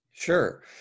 Sure